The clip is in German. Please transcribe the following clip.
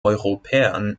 europäern